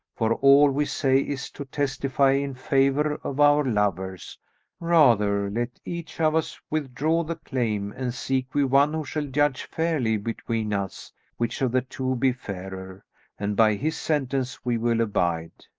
for all we say is to testify in favour of our lovers rather let each of us withdraw the claim and seek we one who shall judge fairly between us which of the two be fairer and by his sentence we will abide.